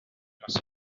must